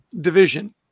division